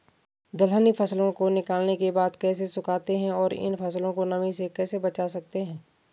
दलहनी फसलों को निकालने के बाद कैसे सुखाते हैं और इन फसलों को नमी से कैसे बचा सकते हैं?